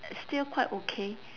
still quite okay